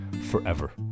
forever